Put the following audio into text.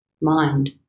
mind